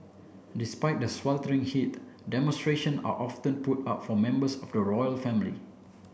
despite the sweltering heat demonstration are often put up for members of the royal family